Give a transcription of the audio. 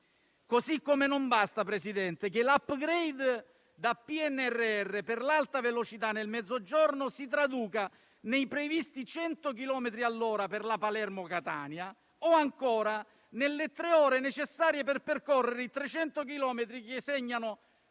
Così come non basta, signor Presidente, che l'*upgrade* da PNRR per l'Alta velocità nel Mezzogiorno si traduca nei previsti 100 chilometri all'ora per la Palermo-Catania o, ancora, nelle tre ore necessarie per percorrere i 300 chilometri